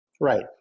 right